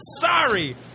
sorry